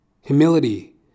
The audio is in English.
humility